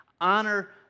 honor